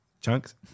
Chunks